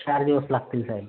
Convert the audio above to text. चार दिवस लागतील साहेब